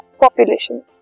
population